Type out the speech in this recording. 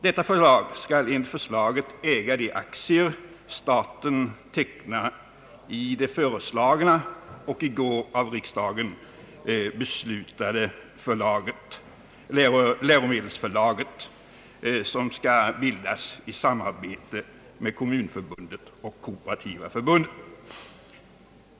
Detta förlag skall enligt förslaget äga de aktier, som staten tecknar i det föreslagna och i går av riksdagen beslutade läromedelsförlaget som skall bildas i samarbete med kommunförbundet och Kooperativa förbundet.